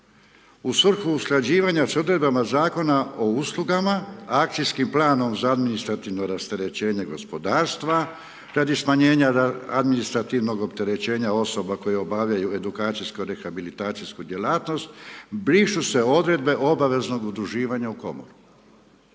u svrhu usklađivanja s odredbama zakona o uslugama akcijskim planom za administrativno rasterećenje gospodarstva radi smanjenja administrativnog opterećenja osoba koje obavljaju edukacijsko rehabilitacijsku djelatnost brišu se obveze obaveznog udruživanja u komoru.